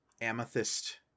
amethyst